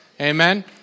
Amen